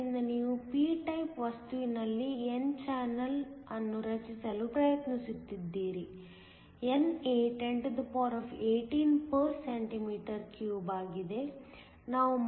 ಆದ್ದರಿಂದ ನೀವು p type ವಸ್ತುವಿನಲ್ಲಿ n ಚಾನೆಲ್ ಅನ್ನು ರಚಿಸಲು ಪ್ರಯತ್ನಿಸುತ್ತಿದ್ದೀರಿ NA 1018 cm 3 ಆಗಿದೆ